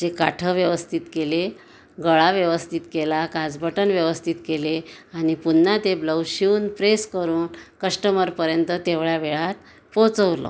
चे काठ व्यवस्थित केले गळा व्यवस्थित केला काजबटन व्यवस्थित केले आणि पुन्हा ते ब्लाऊज शिवून प्रेस करून कश्टमरपर्यंत तेवढ्या वेळात पोहोचवलं